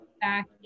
back